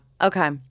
Okay